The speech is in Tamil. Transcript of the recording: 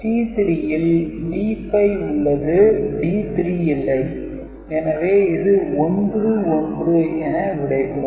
C3 ல் D5 உள்ளது D3 இல்லை எனவே இது 11 என விடைபெறும்